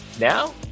Now